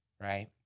right